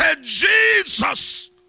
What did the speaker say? Jesus